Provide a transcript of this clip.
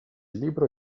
libro